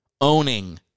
owning